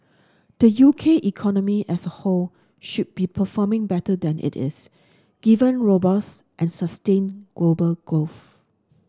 the U K economy as a whole should be performing better than it is given robust and sustained global growth